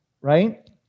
right